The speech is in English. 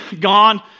gone